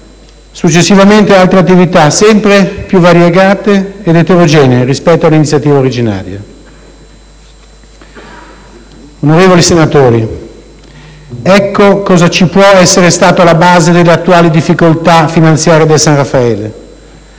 successivamente altre attività sempre più variegate ed eterogenee rispetto all'iniziativa originaria. Onorevoli senatori, ecco cosa ci può essere stato alla base delle attuali difficoltà finanziarie del San Raffaele: